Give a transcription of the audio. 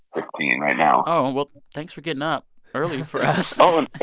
like fifteen right now oh. well, thanks for getting up early for us oh and